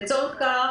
לצורך כך,